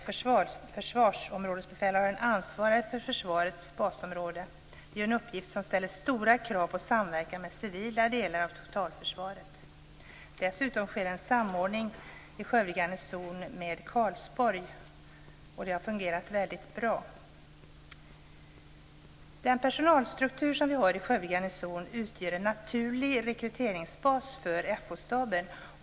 Försvarsområdesbefälhavaren ansvarar för försvarets basområde. Det är en uppgift som ställer stora krav på samverkan med civila delar av totalförsvaret. Dessutom sker en samordning i Skövde garnison med Karlsborg. Det har fungerat väldigt bra. Den personalstruktur som vi har i Skövde garnison utgör en naturlig rekryteringsbas för FO-staben.